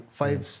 five